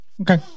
Okay